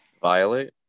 violate